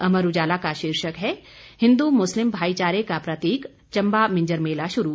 अमर उजाला का शीर्षक है हिन्द्र मुस्लिम भाईचारे का प्रतीक चंबा मिंजर मेला शुरू